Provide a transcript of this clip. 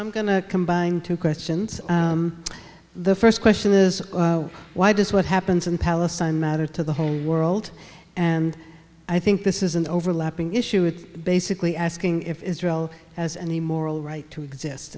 i'm going to combine two questions the first question is why does what happens in palestine matter to the whole world and i think this is an overlapping issue it basically asking if israel has any moral right to exist